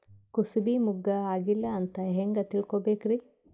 ಕೂಸಬಿ ಮುಗ್ಗ ಆಗಿಲ್ಲಾ ಅಂತ ಹೆಂಗ್ ತಿಳಕೋಬೇಕ್ರಿ?